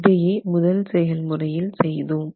இதையே முதல் செயல்முறையில் செய்தோம்